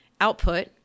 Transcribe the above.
output